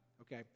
Okay